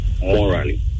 morally